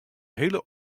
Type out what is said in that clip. hiele